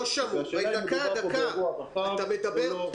והשאלה אם מדובר פה באירוע רחב או לא,